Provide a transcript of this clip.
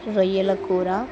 రొయ్యల కూర